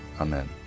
Amen